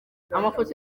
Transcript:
amafoto